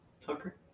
Tucker